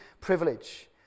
privilege